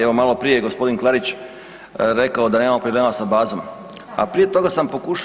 Evo, malo prije je gospodin Klarić rekao da nemamo problema sa bazom, a prije toga sam pokušao